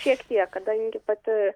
šiek tiek kadangi pati